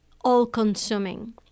all-consuming